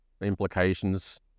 implications